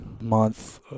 month